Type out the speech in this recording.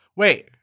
Wait